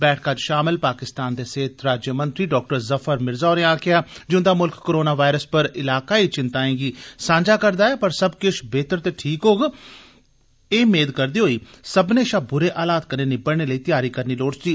बैठक च शामल पाकिस्तान दे सेहत राज्यमंत्री डाक्टर ज़फ़र मिर्ज़ा होरें आक्खेआ जे उन्दा मुल्ख कोरोना वायरस पर इलाकाई चिंताएं गी सांझा करदा ऐ पर सब्ब किश बेहतर ते ठीक होग एह् मेद करदे होई सब्बनें शा बुरे हालात कन्नै निबड़ने लेई तयारी करनी लोड़चदी